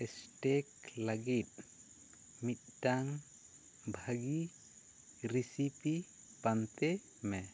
stake ᱞᱟᱹᱜᱤᱫ ᱢᱤᱫᱴᱟᱝ ᱵᱷᱟᱹᱜᱤ ᱨᱮᱥᱤᱯᱤ ᱯᱟᱱᱛᱮ ᱢᱮ